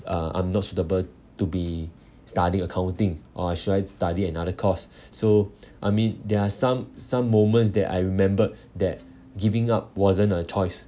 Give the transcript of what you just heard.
uh I'm not suitable to be studying accounting or should I study another course so I mean there are some some moments that I remembered that giving up wasn't a choice